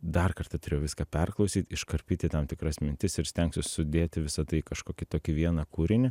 dar kartą turėjau viską perklausyt iškarpyti tam tikras mintis ir stengsiuos sudėti visa tai kažkokį tokį vieną kūrinį